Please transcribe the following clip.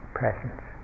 presence